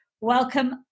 Welcome